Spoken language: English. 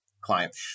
Client